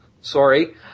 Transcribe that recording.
Sorry